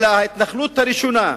אלא ההתנחלות הראשונה,